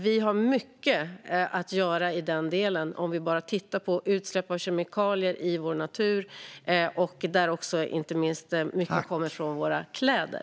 Vi har mycket att göra i den delen om vi bara tittar på utsläpp av kemikalier i vår natur, där mycket kommer från våra kläder.